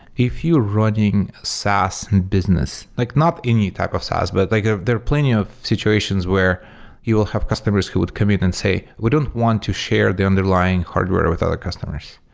if you're running saas and business, like not any type of saas, but like ah there are plenty of situations where you'll have customers who'd commit and say, we don't want to share the underlying hardware with other customers.